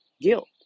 guilt